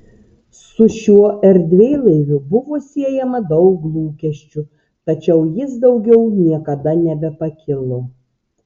su šiuo erdvėlaiviu buvo siejama daug lūkesčių tačiau jis daugiau niekada nebepakilo